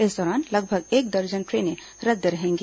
इस दौरान लगभग एक दर्जन ट्रेनें रद्द रहेंगी